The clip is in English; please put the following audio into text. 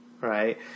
right